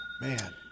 Man